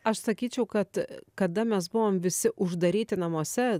aš sakyčiau kad kada mes buvom visi uždaryti namuose